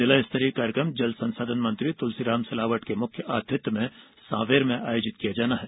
जिला स्तरीय कार्यक्रम जल संसाधन मंत्री तुलसीराम सिलावट के मुख्य आतिथ्य में सांवेर में आयोजित किया जाएगा